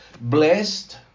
Blessed